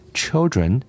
children